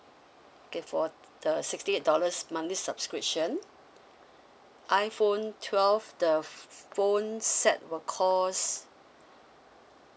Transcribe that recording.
okay for the sixty eight dollars monthly subscription iphone twelve the phones set will cost